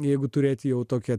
jeigu turėti jau tokia